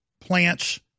plants